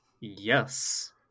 Yes